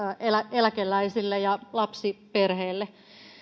eläkeläisille ja lapsiperheille